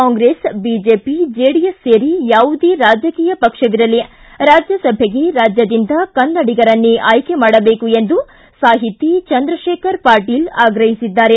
Congress BJP JDS ಸೇರಿ ಯಾವುದೇ ರಾಜಕೀಯ ಪಕ್ಷವಿರಲಿ ರಾಜ್ಯಸಭೆಗೆ ರಾಜ್ಯದಿಂದ ಕನ್ನಡಿಗರನ್ನೇ ಆಯ್ಕೆ ಮಾಡಬೇಕು ಎಂದು ಸಾಹಿತಿ ಚಂದ್ರಶೇಖರ್ ಪಾಟೀಲ ಆಗ್ರಹಿಸಿದ್ದಾರೆ